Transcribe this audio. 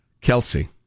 Kelsey